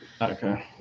Okay